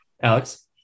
Alex